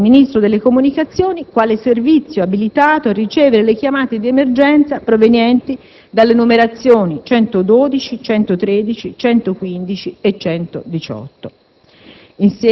con decreto del Ministro delle comunicazioni, quale servizio abilitato a ricevere le chiamate di emergenza provenienti dalle numerazioni 112, 113, 115 e 118.